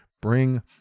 bring